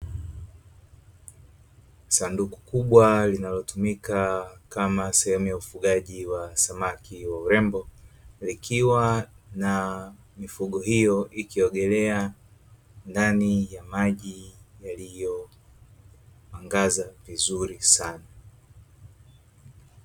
Sanduku kubwa linalotumika kama sehemu ya ufugaji wa samaki wa urembo, likiwa na mifugo hiyo ikiogelea ndani ya maji yaliyoangaza vizuri sana.